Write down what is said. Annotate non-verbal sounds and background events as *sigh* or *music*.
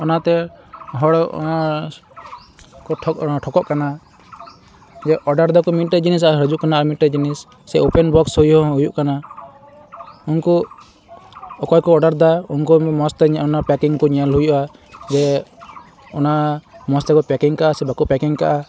ᱚᱱᱟᱛᱮ ᱦᱚᱲ *unintelligible* ᱴᱷᱚᱠᱚᱠ ᱠᱟᱱᱟ ᱡᱮ ᱚᱰᱟᱨᱫᱟᱠᱚ ᱢᱤᱫᱴᱮᱱ ᱡᱤᱱᱤᱥ ᱟᱨ ᱦᱟᱹᱡᱩᱜ ᱠᱟᱱᱟ ᱟᱨ ᱢᱤᱫᱴᱮᱱ ᱡᱤᱱᱤᱥ ᱥᱮ ᱳᱯᱮᱱ ᱵᱚᱠᱥᱦᱚᱸ *unintelligible* ᱦᱩᱭᱩᱜ ᱠᱟᱱᱟ ᱩᱝᱠᱚ ᱚᱠᱚᱭᱠᱚ ᱚᱰᱟᱨᱫᱟ ᱩᱱᱠᱚ *unintelligible* ᱢᱚᱡᱽᱛᱮ ᱚᱱᱟ ᱯᱮᱠᱤᱝ ᱠᱚ ᱧᱮᱞ ᱦᱩᱭᱩᱜᱼᱟ ᱡᱮ ᱚᱱᱟ ᱢᱚᱡᱽᱛᱮ ᱠᱚ ᱯᱮᱠᱤᱝᱠᱟᱜᱼᱟ ᱥᱮ ᱵᱟᱠᱚ ᱯᱮᱠᱤᱝᱠᱟᱜᱼᱟ